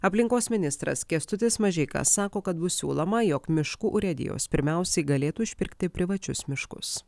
aplinkos ministras kęstutis mažeika sako kad bus siūloma jog miškų urėdijos pirmiausiai galėtų išpirkti privačius miškus